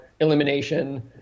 elimination